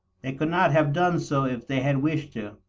they could not have done so if they had wished to,